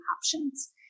options